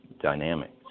dynamics